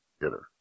hitter